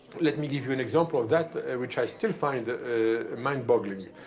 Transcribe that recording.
let me give you an example of that, which i still find mind-boggling.